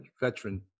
veteran